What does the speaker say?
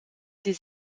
des